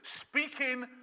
speaking